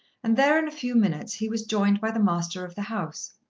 and there in a few minutes he was joined by the master of the house.